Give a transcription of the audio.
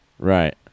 Right